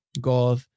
God